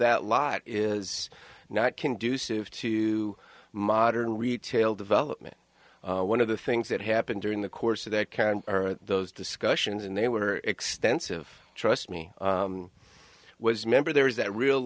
that lot is not conducive to modern retail development one of the things that happened during the course of that care and those discussions and they were extent of trust me i was member there is that real